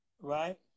Right